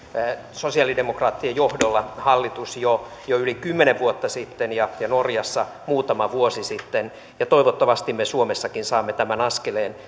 sosialidemokraattien johdolla jo jo yli kymmenen vuotta sitten ja norjassa muutama vuosi sitten ja toivottavasti me suomessakin saamme tämän askeleen